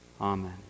Amen